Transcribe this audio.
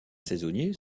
saisonniers